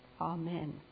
Amen